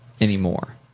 Anymore